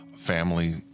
Family